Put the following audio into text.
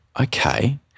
okay